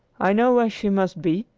i know where she must be,